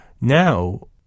Now